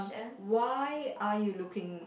why are you looking